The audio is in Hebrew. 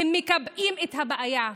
הם מקבעים את הבעיה.